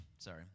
Sorry